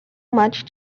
much